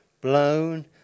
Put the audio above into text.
blown